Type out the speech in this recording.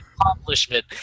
accomplishment